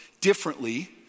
differently